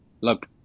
Look